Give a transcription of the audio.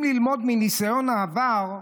אם ללמוד מניסיון העבר,